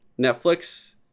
Netflix